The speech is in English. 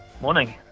Morning